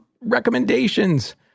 recommendations